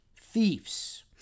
thieves